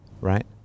right